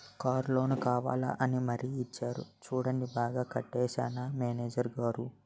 Car loan కావాలా అని మరీ ఇచ్చేరు చూడండి బాగా కట్టేశానా మేనేజరు గారూ?